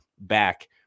back